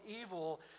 evil